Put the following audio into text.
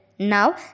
Now